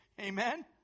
Amen